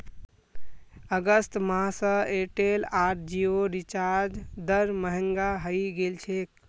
अगस्त माह स एयरटेल आर जिओर रिचार्ज दर महंगा हइ गेल छेक